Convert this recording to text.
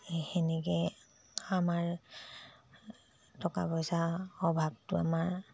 সে তেনেকৈ আমাৰ টকা পইচা অভাৱটো আমাৰ